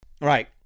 Right